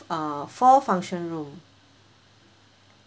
uh four function room